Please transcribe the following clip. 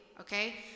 okay